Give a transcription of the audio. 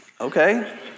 Okay